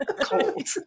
cold